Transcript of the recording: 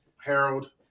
Harold